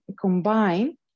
combine